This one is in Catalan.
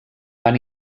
van